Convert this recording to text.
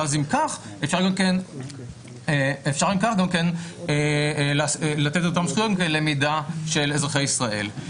ואז אפשר אם כך גם כן לתת אותם זכויות למידע של אזרחי ישראל.